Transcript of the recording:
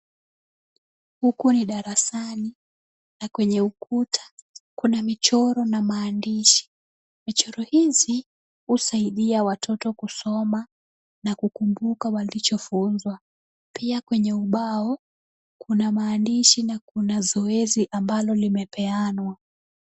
Huku ni darasani na kwenye ukuta, kuna michoro na maandishi. Michoro hizi husaidia watoto kusoma na kukumbuka walichofunzwa. Pia kwenye ubao kuna maandishi na kuna zoezi ambalo limepeanwa.